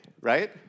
Right